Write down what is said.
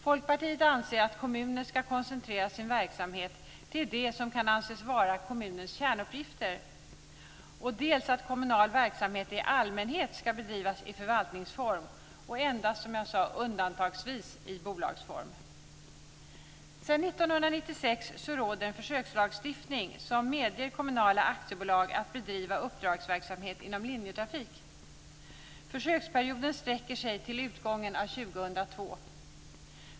Folkpartiet anser att kommuner ska koncentrera sin verksamhet till det som kan anses vara kommunens kärnuppgifter och att kommunal verksamhet i allmänhet ska bedrivas i förvaltningsform och endast, som jag sade, undantagsvis i bolagsform. Sedan 1996 råder en försökslagstiftning som medger kommunala aktiebolag att bedriva uppdragsverksamhet inom linjetrafik. Försöksperioden sträcker sig till utgången av 2002.